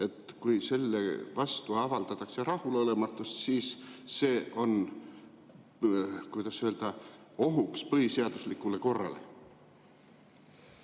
kui selle vastu avaldatakse rahulolematust, siis see on, kuidas öelda, ohuks põhiseaduslikule korrale?